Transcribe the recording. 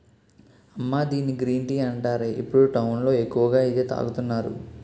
అమ్మా దీన్ని green tea అంటారే, ఇప్పుడు టౌన్ లో ఎక్కువగా ఇదే తాగుతున్నారు